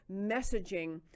messaging